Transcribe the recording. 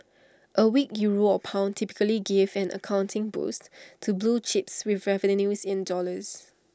A weak euro or pound typically give an accounting boost to blue chips with revenues in dollars